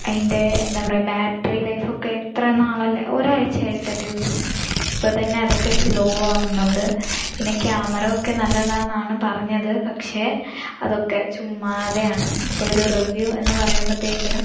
അതിൻ്റെ എന്താ പറയാ ബാട്രി ലൈഫ് ഒക്കെ ഇത്രനാളല്ലെ ഒരാഴ്ച ആയിട്ടല്ലേ ഉള്ളൂ ഇപ്പോൾ തന്നെ അതൊക്കെ സ്ലോ ആകുന്നുണ്ട് പിന്നെ ക്യാമെറയൊക്കെ നല്ലതാന്നാണ് പറഞ്ഞത് പക്ഷേ അതൊക്കെ ചുമ്മാതെ ആണ് അപ്പോൾ ഒരു റിവ്യൂ എന്നു പറയുമ്പോഴ്ത്തേക്കിനും